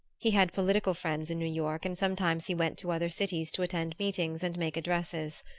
he had political friends in new york, and sometimes he went to other cities to attend meetings and make addresses.